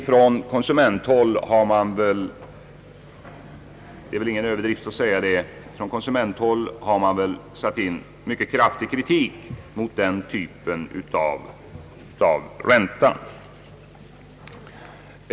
Från konsumenthåll har man — det är väl ingen överdrift att säga det — satt in mycket kraftig kritik mot denna typ av ränta.